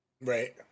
right